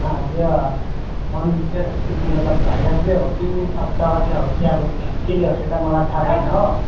अँ त्यो फोन त्यो मतलब भाइरसले हो कि टावरले हो कि अब केले हो त्यो त मलाई थाहा भएन हो